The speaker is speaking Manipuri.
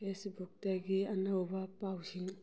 ꯐꯦꯁꯕꯨꯛꯇꯒꯤ ꯑꯅꯧꯕ ꯄꯥꯎꯁꯤꯡ